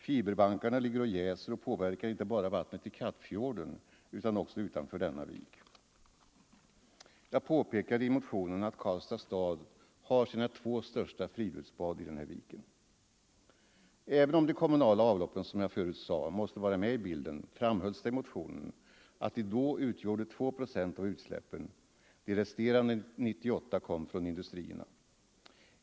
Fiberbankarna ligger och jäser och påverkar vattnet inte bara i Kattfjorden utan också utanför denna vik. Jag påpekade i motionen att Karlstads stad har sina två största friluftsbad i den viken. Även om de kommunala avloppen som jag förut sade måste vara med i bilden, framhölls det i motionen att de då utgjorde 2 procent av utsläppen. De resterande 98 procenten kom från industrierna.